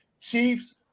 Chiefs